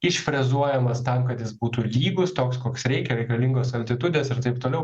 išfrezuojamas tam kad jis būtų lygus toks koks reikia reikalingos altitudės ir taip toliau